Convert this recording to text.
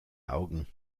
augen